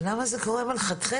אבל למה זה קורה מלכתחילה?